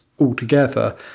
altogether